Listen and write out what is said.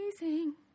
amazing